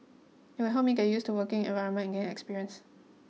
it will help me get used to working environment and gain experience